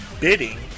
bidding